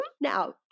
Now